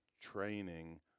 training